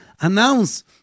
announce